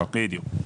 בדיוק.